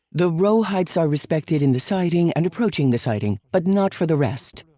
the row heights are respected in the siding and approaching the siding, but not for the rest.